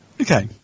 Okay